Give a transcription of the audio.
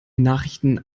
nachrichten